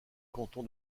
canton